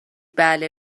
بله